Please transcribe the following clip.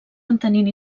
mantenint